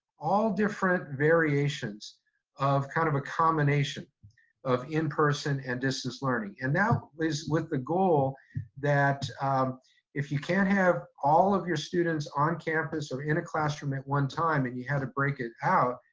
all different variations of kind of a combination of in-person and distance learning. and that was with the goal that if you can't have all of your students on campus or in a classroom at one time and you had to break it out,